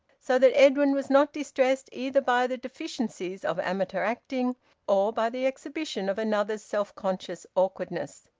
so that edwin was not distressed either by the deficiencies of amateur acting or by the exhibition of another's self-conscious awkwardness.